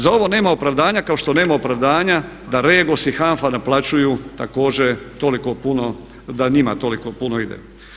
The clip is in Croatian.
Za ovo nema opravdanja kao što nema opravdanja da REGOS i HANFA naplaćuju toliko puno, da njima toliko puno ide.